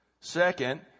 Second